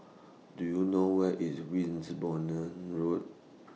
Do YOU know Where IS Road